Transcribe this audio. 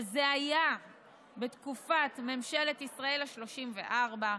שזה היה בתקופת ממשלת ישראל השלושים-וארבע,